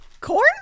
Corn